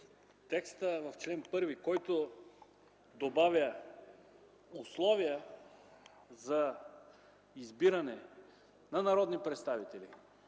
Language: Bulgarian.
текстът в чл. 1, който добавя условия за избиране на народни представители